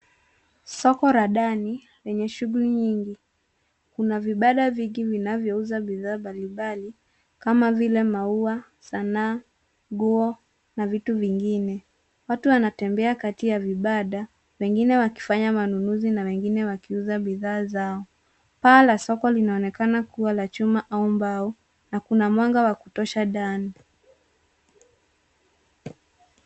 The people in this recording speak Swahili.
Soko la ndani lenye shughuli nyingi kuna vibanda vingi vinavyouza bidhaa mbalimbali kama vile maua ,sanaa ,nguo na vitu vingine ,watu wanatembea kati ya vibanda wengine wakifanya manunuzi na wengine wakiuza bidhaa zao ,paa soko linaonekana kuwa la chuma au mbao na kuna mwanga wa kutosha ndani.